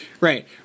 Right